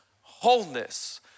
wholeness